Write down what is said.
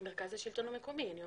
מרכז השלטון המקומי.